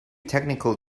technical